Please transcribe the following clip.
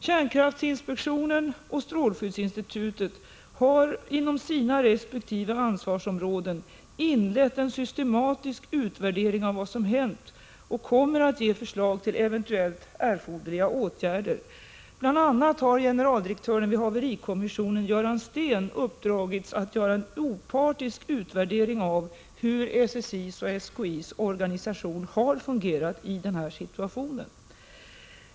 Kärnkraftinspektionen och strålskyddsinstitutet har inom sina resp. ansvarsområden inlett en systematisk utvärdering av vad som hänt och kommer att ge förslag till eventuellt erforderliga åtgärder. Bl. a. har generaldirektören vid haverikommissionen Göran Steen fått i uppdrag att göra en opartisk utvärdering av hur SSI:s och SKI:s organisation har fungerat i den här situationen.